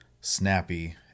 snappy